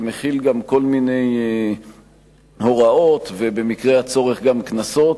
ומכיל גם כל מיני הוראות ובמקרה הצורך גם קנסות.